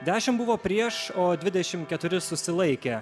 dešim buvo prieš o dvidešim keturi susilaikė